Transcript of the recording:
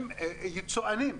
הם יצואנים.